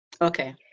Okay